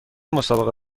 مسابقه